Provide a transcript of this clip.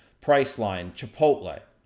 priceline, chipola.